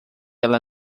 ela